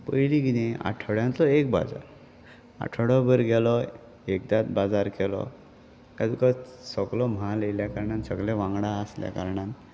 पयलीं किदं आठवड्याचो एक बाजार आठवडोभर गेलो एकदांच बाजार केलो तुका सगलो म्हाल येयल्या कारणान सगले वांगडा आसल्या कारणान